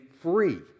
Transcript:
free